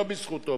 לא בזכותו,